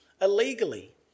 illegally